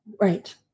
right